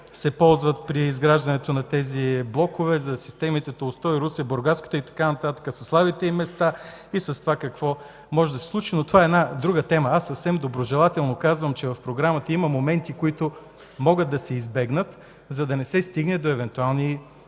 се ползват при изграждането на тези блокове, за трите основни системи като „Толстой”, Русенската и Бургаската и така нататък, със слабите им места и с това, какво може да се случи, но това е една друга тема. Аз съвсем доброжелателно казвам, че в програмата има моменти, които могат да се избегнат, за да не се стигне до евентуални проблеми